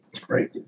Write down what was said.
great